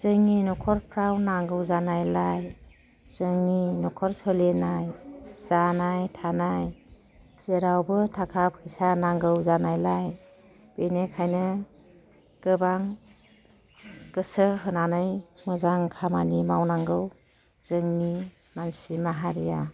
जोंनि नखरफ्राव नांगौ जानायलाय जोंनि नखर सोलिनाय जानाय थानाय जेरावबो थाखा फैसा नांगौ जानायलाय बेनिखायनो गोबां गोसो होनानै मोजां खामानि मावनांगौ जोंनि मानसि माहारिया